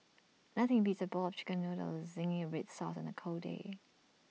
nothing beats A bowl of Chicken Noodles Zingy Red Sauce on A cold day